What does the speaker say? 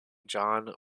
john